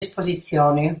esposizioni